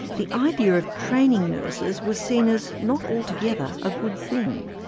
the idea of training nurses was seen as not altogether a good thing.